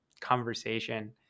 conversation